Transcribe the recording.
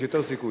יש יותר סיכוי,